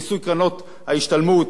מיסוי קרנות ההשתלמות,